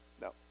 No